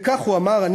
וכך הוא אמר,